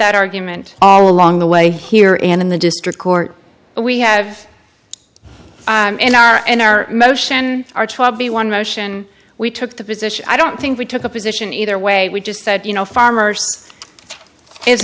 that argument all along the way here in the district court but we have in our in our motion our twelve the one motion we took the position i don't think we took a position either way we just said you know farmers is